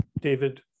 David